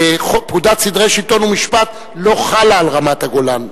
חוק פקודת סדרי שלטון ומשפט לא חל על רמת-הגולן,